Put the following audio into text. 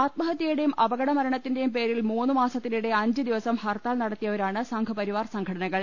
ആത്മഹത്യുടെയും അപകട മരണത്തിന്റെയും പേരിൽ മൂന്ന് മാസ ത്തിനിടെ അഞ്ച് ദിവസം ഹർത്താൽ നടത്തിയവരാണ് സംഘ്പരിവാർ സംഘടനകൾ